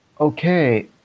okay